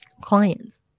clients